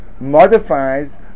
modifies